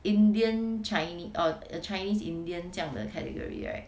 indian chine~ or chinese indian 这样的 category right